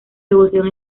devoción